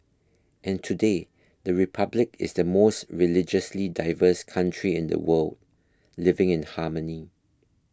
and today the Republic is the most religiously diverse country in the world living in harmony